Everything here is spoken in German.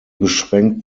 beschränkt